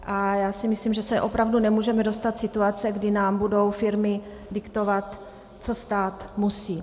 A já si myslím, že se opravdu nemůžeme dostat do situace, kdy nám budou firmy diktovat, co stát musí.